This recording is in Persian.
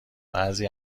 بعضی